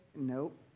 nope